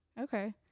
Okay